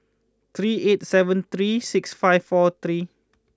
three eight seven three six five four three